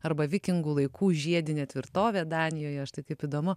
arba vikingų laikų žiedinė tvirtovė danijoje štai kaip įdomu